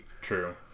True